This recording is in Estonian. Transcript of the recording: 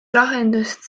lahendust